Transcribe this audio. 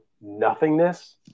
nothingness